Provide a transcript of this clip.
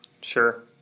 sure